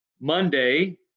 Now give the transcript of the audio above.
Monday